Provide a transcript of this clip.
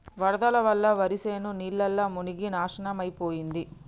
వరదల వల్ల వరిశేను నీళ్లల్ల మునిగి నాశనమైపోయింది